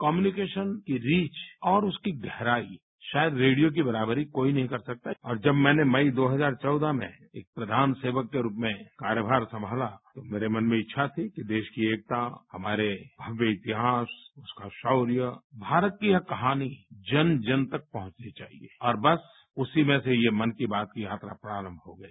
communication की reach और उसकी गहराई शायद रेडियो की बरावरी कोई नहीं कर सकता और जब मैंने मई दो हजार चौदह में एक प्रधान सेवक के रूप में कार्यमार संमाला तो मेरे मे इच्छा थी कि देश की एकता हमारे भव्य इतिहास उसका शौर्य भारत की यह कहानी जन जन तक पहुंचनी चाहिए और बस उसी में से ये मन की बात की यात्रा प्रारंभ हो गई